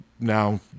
Now